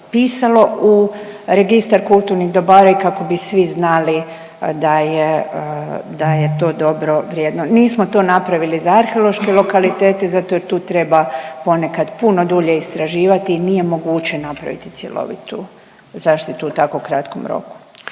upisalo u Registar kulturnih dobara i kako bi svi znali da je, da je to dobro i vrijedno. Nismo to napravili za arheološke lokalitete zato jer tu treba ponekad puno dulje istraživati i nije moguće napraviti cjelovitu zaštitu u tako kratkom roku.